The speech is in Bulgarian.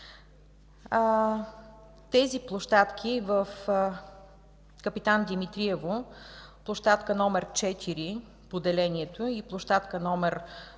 Тези площадки в Капитан Димитриево – площадка № 4, поделението, и площадка Капитан